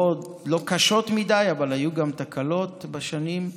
לא קשות מדי, אבל היו גם תקלות בשנים אלה.